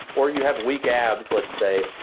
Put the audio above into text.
or you have weak abs, let's say,